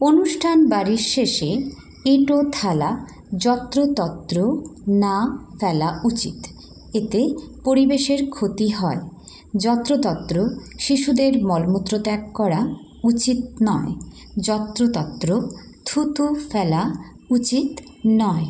অনুষ্ঠান বাড়ির শেষে এটো থালা যত্রতত্ত্ব না ফেলা উচিত এতে পরিবেশের ক্ষতি হয় যত্রতত্ত্ব শিশুদের মলমূত্র ত্যাগ করা উচিত নয় যত্রতত্ত্র থুথু ফেলা উচিত নয়